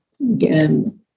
Again